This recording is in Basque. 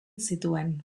zituen